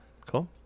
Cool